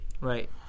Right